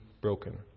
broken